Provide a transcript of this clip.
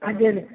हजुर